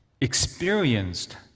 experienced